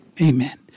amen